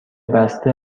بسته